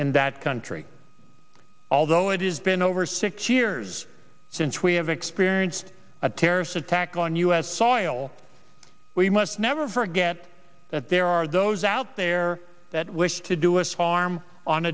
in that country although it is been over six years since we have experienced a terrorist attack on u s we must never forget that there are those out there that wish to do is farm on